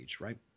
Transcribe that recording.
right